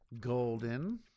golden